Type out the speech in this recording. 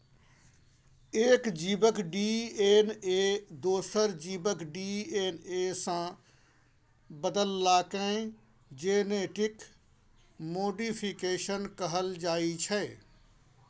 एक जीबक डी.एन.ए दोसर जीबक डी.एन.ए सँ बदलला केँ जेनेटिक मोडीफिकेशन कहल जाइ छै